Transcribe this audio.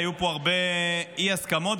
היו פה הרבה אי-הסכמות,